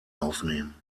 aufnehmen